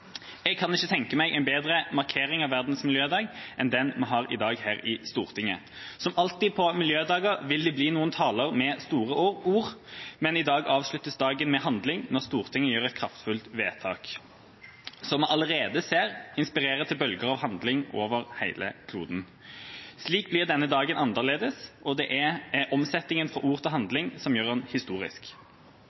Jeg kan ikke tenke meg en bedre markering av Verdens miljødag enn den vi har i dag her i Stortinget. Som alltid på miljødager vil det bli noen taler med store ord, men i dag avsluttes dagen med handling, når Stortinget gjør et kraftfullt vedtak, som vi allerede ser inspirerer til bølger av handling over hele kloden. Slik blir denne dagen annerledes, og det er omsettinga fra ord til handling som gjør den historisk.